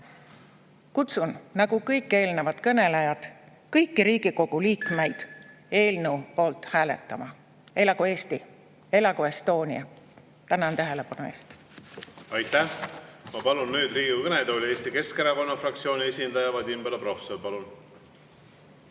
Kutsun nagu kõik eelnevad kõnelejad kõiki Riigikogu liikmeid eelnõu poolt hääletama. Elagu Eesti! Elagu Estonia! Tänan tähelepanu eest! Aitäh! Ma palun nüüd Riigikogu kõnetooli Eesti Keskerakonna fraktsiooni esindaja Vadim Belobrovtsevi. Palun!